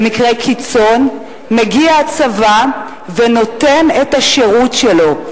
במקרה קיצון מגיע הצבא ונותן את השירות שלו,